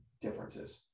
differences